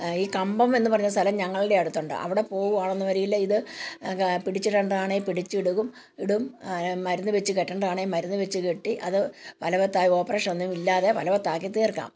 ഈ കമ്പം എന്ന് പറഞ്ഞ സ്ഥലം ഞങ്ങൾടെ അടുത്തുണ്ട് അവിടെ പോവാണന്നൊരിയില് ഇത് പിടിച്ചിടേണ്ടതാണെങ്കിൽ പിടിച്ചിടും ഇടും മരുന്ന് വെച്ച് കെട്ടേണ്ടതാണെങ്കിൽ മരുന്ന് വെച്ച് കെട്ടി അത് ഫലവത്തായി ഓപ്പറേഷനൊന്നുമില്ലാതെ ഫലവത്താക്കി തീർക്കാം